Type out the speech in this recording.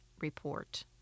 report